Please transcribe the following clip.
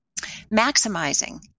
maximizing